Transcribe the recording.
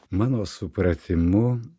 mano supratimu